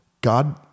God